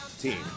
team